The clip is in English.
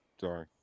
Sorry